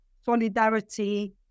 solidarity